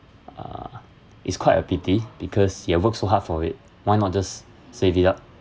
uh is quite a pity because you have work so hard for it why not just save it up